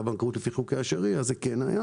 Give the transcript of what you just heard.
בנקאות לפי חוקי השריעה אז זה כן היה.